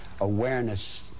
awareness